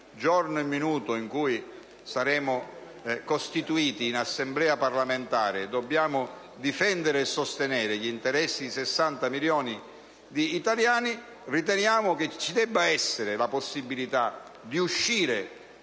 giorno e minuto in cui saremo costituiti in Assemblea parlamentare dobbiamo difendere e sostenere gli interessi di 60 milioni di italiani riteniamo che ci debba essere la possibilità di uscire